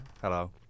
hello